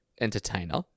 entertainer